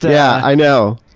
yeah, i know!